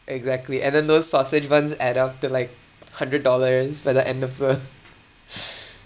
exactly and then those sausage buns add up to like hundred dollars by the end of the